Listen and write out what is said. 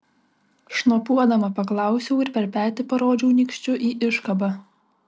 šnopuodama paklausiau ir per petį parodžiau nykščiu į iškabą